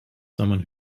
someone